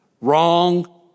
Wrong